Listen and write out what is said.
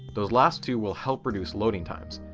those last two will help reduce loading times,